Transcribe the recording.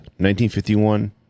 1951